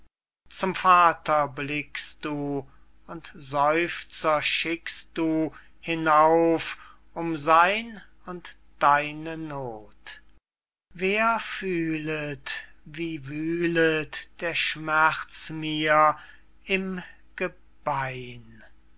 zum vater blickst du und seufzer schickst du hinauf um sein und deine noth wer fühlet wie wühlet der schmerz mir im gebein